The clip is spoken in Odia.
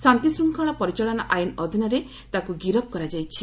ଶାନ୍ତିଶୃଙ୍ଖଳା ପରିଚାଳନା ଆଇନ ଅଧୀନରେ ତାକୁ ଗିରଫ କରାଯାଇଛି